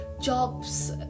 jobs